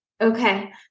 Okay